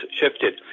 shifted